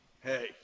Hey